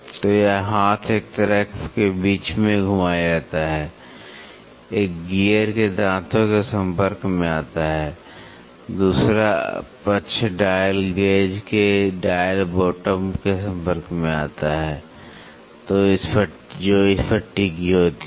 तो यह हाथ एक तरफ के बीच में घुमाया जाता है एक गियर के दांतों के संपर्क में आता है दूसरा पक्ष डायल गेज के डायल बॉटम के संपर्क में आता है जो इस पर टिकी होती है